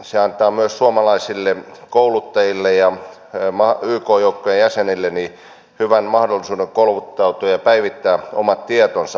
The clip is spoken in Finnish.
se antaa myös suomalaisille kouluttajille ja yk joukkojen jäsenille hyvän mahdollisuuden kouluttautua ja päivittää omat tietonsa